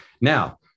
Now